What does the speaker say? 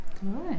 Good